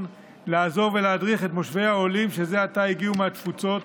לעזור ולהדריך את מושבי העולים שזה עתה הגיעו מהתפוצות.